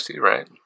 right